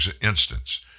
instance